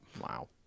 Wow